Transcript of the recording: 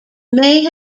may